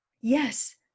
yes